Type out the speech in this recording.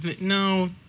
No